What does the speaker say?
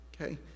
Okay